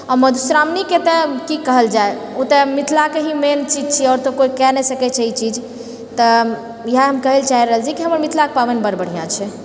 आ मधुश्रावणीके तऽ की कहल जाए ओ तऽ मिथिलाके ही मेन चीज छियै आओर तऽ कोइ कए नहि सकैत छै ई चीज तऽ इएह हम कहै लऽ चाहि रहल छियै कि हमर मिथिलाके पाबनि बड़ बढ़िआँ छै